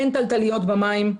אין תלתליות במים.